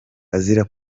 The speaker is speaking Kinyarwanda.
azira